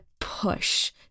push